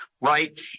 right